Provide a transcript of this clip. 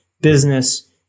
business